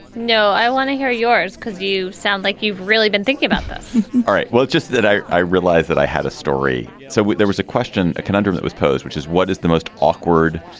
no. i want to hear yours because you sound like you've really been thinking about this all right. well, it's just that i i realized that i had a story. so there was a question, a conundrum that was posed, which is what is the most awkward